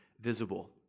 visible